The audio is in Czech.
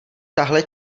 tahle